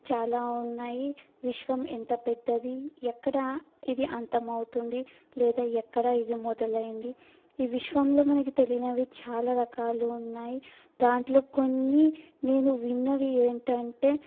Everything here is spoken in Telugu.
చాలా ఉన్నాయి విశ్వం ఎంత పెద్దది ఎక్కడ ఇది అంతమవుతుంది లేదా ఎక్కడ ఇది మొదలైంది ఈ విశ్వంలో మనకి తెలియనివి చాలా రకాలు ఉన్నాయి దాంట్లో కొన్ని నేను విన్నవి ఏంటంటే